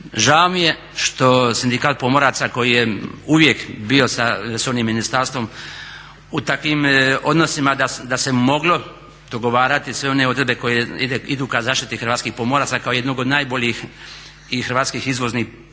žao mi je što sindikat pomoraca koji je uvijek bio sa resornim ministarstvom u takvim odnosima da se moglo dogovoriti sve one odredbe koje idu ka zaštiti hrvatskih pomoraca kao jednog od najboljih i hrvatskih izvoznih